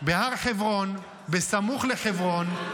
בהר חברון, בסמוך לחברון.